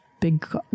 big